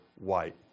white